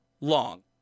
long